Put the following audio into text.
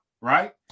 right